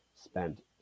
spent